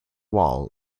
wall